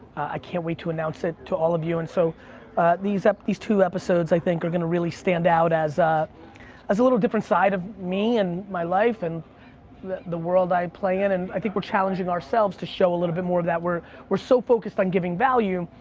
i can't wait to announce it to all of you, and so these two episodes i think are going to really stand out as ah as a little different side of me and my life, and the the world i play in. and i think we're challenging ourselves to show a little bit more of that. we're we're so focused on giving value,